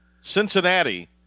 Cincinnati